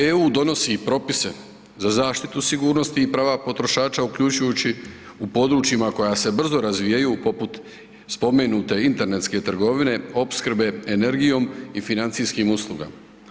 EU donosi propise za zaštitu sigurnosti i prava potrošača uključujući u područjima koja se brzo razvijaju poput spomenute internetske trgovine, opskrbe energijom i financijskim uslugama.